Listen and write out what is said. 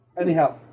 Anyhow